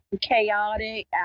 Chaotic